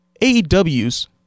AEW's